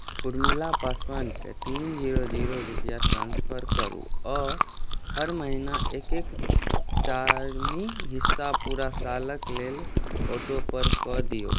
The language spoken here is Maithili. उर्मिला पासवानकेँ तीन सए रूपैआ ट्रांस्फर करू आ हर महिना एकर चारिम हिस्सा पूरा सालक लेल ऑटोपे कऽ दिऔ